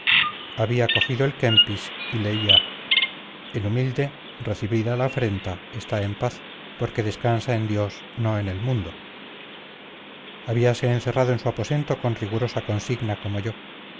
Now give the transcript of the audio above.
había cogido el kempis y leía el humilde recibida la afrenta está en paz porque descansa en dios no en el mundo habíase encerrado en su aposento con rigurosa consigna como yo